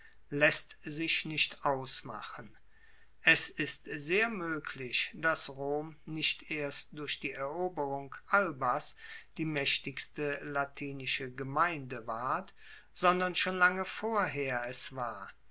laesst sich nicht ausmachen es ist sehr moeglich dass rom nicht erst durch die eroberung albas die maechtigste latinische gemeinde ward sondern schon lange vorher es war